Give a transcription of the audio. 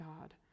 God